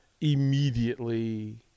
immediately